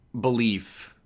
belief